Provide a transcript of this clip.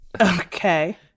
Okay